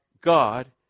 God